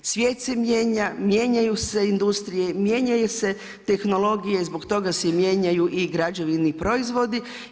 Svijet se mijenja, mijenjaju se industrije, mijenjaju se tehnologije, zbog toga se mijenjaju i građevni proizvodi.